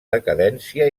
decadència